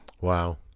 Wow